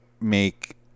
Make